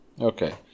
Okay